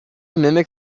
mimic